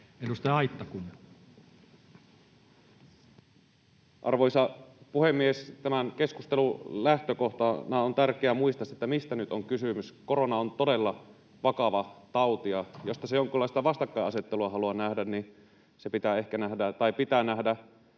15:01 Content: Arvoisa puhemies! Tämän keskustelun lähtökohtana on tärkeä muistaa, mistä nyt on kysymys: Korona on todella vakava tauti, ja jos tässä jonkunlaista vastakkainasettelua haluaa nähdä, niin se pitää nähdä terveyden